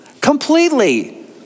Completely